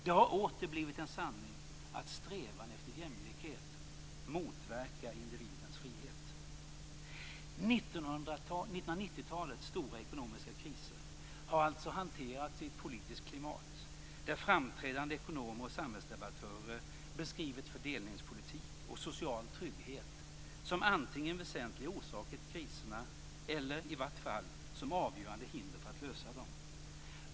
Det har åter blivit en sanning att strävan efter jämlikhet motverkar individens frihet. 1990-talets stora ekonomiska kriser har alltså hanterats i ett politiskt klimat, där framträdande ekonomer och samhällsdebattörer beskrivit fördelningspolitik och social trygghet som antingen väsentliga orsaker till kriserna eller i vart fall som avgörande hinder för att lösa dem.